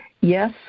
Yes